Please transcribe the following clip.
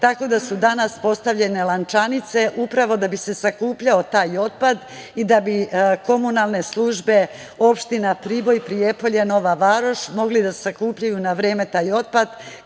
tako da su danas postavljene lančanice, upravo da bi se sakupljao taj otpad i da bi komunalne službe opština Priboj, Prijepolje, Nova Varoš mogli da sakupljaju na vreme taj otpad